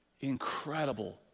incredible